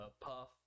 Puff